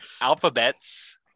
alphabets